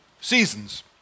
seasons